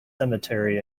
cemetery